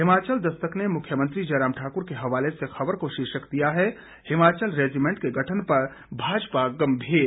हिमाचल दस्तक ने मुख्यमंत्री जयराम ठाकुर के हवाले से ख़बर को शीर्षक दिया है हिमाचल रेजिमेंट के गठन पर भाजपा गम्भीर